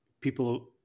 people